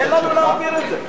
תן לנו להעביר את זה.